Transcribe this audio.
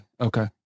Okay